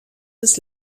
des